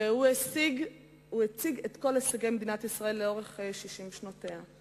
והוא הציג את כל הישגי מדינת ישראל לאורך 60 שנותיה.